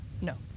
No